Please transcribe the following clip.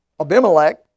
Abimelech